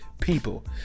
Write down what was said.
people